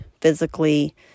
physically